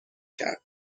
کرد